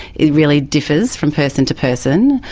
it really differs from person to person.